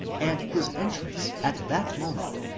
and his entrance at that moment,